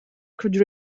could